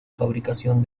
fabricación